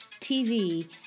TV